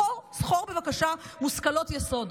זכור בבקשה מושכלות יסוד: